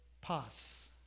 pass